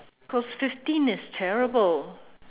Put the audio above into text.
because fifteen is terrible